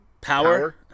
Power